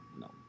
No